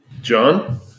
john